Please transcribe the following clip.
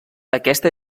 aquesta